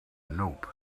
nope